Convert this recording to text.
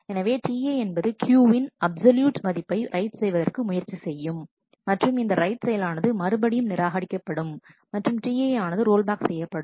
எனவே Ti என்பது Q வின் அப்ஸொலியூட் மதிப்பை ரைட் செய்வதற்கு முயற்சி செய்யும் மற்றும் இந்த ரைட் செயலானது மறுபடியும் நிராகரிக்கப்படும் மற்றும் Ti ஆனது ரோல் பேக் செய்யப்படும்